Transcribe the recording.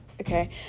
okay